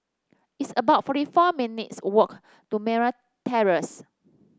it's about forty four minutes' walk to Merryn Terrace